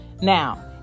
Now